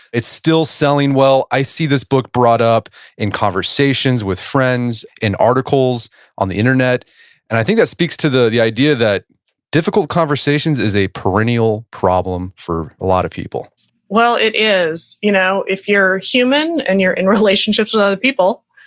it's still selling well. i see this book brought up in conversations with friends, in articles on the internet and i think that speaks to the the idea that difficult conversations is a perennial problem for a lot of people well, it is. you know if you're human and you're in relationships with other people,